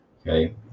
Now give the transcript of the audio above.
okay